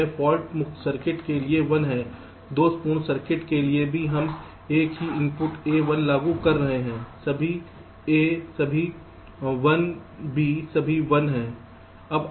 तो यह फाल्ट मुक्त सर्किट के लिए 1 है दोषपूर्ण सर्किट के लिए भी हम एक ही इनपुट a 1 लागू कर रहे हैं सभी 1 b सभी 1 है